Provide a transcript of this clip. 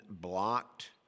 blocked